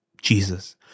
Jesus